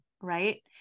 right